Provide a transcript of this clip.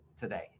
today